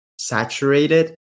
saturated